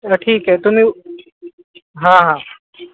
चला ठीक आहे तुम्ही हां हां